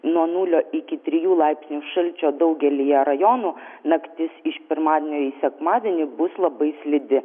nuo nulio iki trijų laipsnių šalčio daugelyje rajonų naktis iš pirmadienio į sekmadienį bus labai slidi